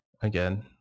again